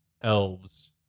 elves